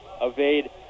evade